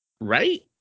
right